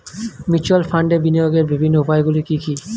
Mutual ফান্ডে বিনিয়োগের বিভিন্ন উপায়গুলি কি কি?